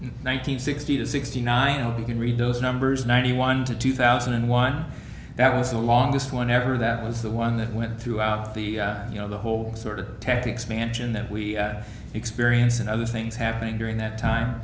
hundred sixty to sixty nine you can read those numbers ninety one to two thousand and one that was the longest one ever that was the one that went throughout the you know the whole sort of tactics mansion that we experience and other things happening during that time